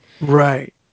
right